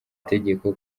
tegeko